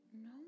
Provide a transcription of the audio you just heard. No